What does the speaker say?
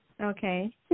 Okay